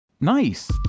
Nice